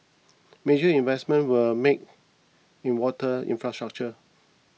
major investments were made in water infrastructure